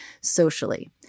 socially